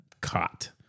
caught